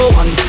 one